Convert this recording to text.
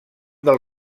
del